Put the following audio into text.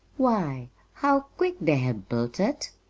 why how quick they have built it!